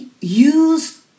Use